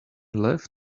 left